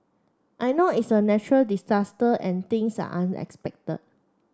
I know it's a natural disaster and things are unexpected